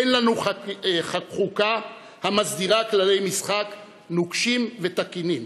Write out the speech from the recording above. אין לנו חוקה המסדירה כללי משחק נוקשים ותקינים.